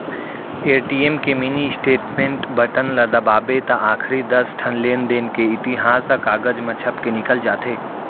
ATM के mini statement button ल दबावें त आखरी दस ठन लेनदेन के इतिहास ह कागज म छपके निकल जाथे